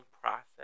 process